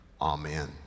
amen